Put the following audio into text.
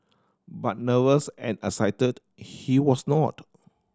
but nervous and excited he was not